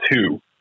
two